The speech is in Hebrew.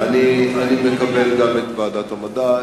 אני מקבל גם את ועדת המדע.